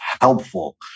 helpful